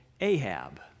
Ahab